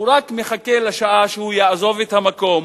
הוא רק מחכה לשעה שהוא יעזוב את המקום